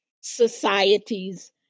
societies